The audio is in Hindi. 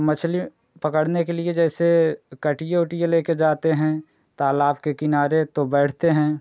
मछली पकड़ने के लिए जैसे कटिया ओटिया लेकर जाते हैं तालाब के किनारे तो बैठते हैं